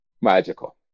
Magical